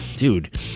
Dude